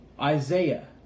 Isaiah